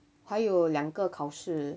还有两个考试